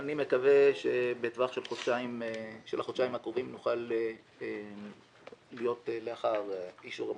אני מקווה שבטווח של החודשיים הקרובים נוכל להיות לאחר אישור המחליטים.